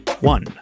One